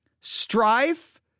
strife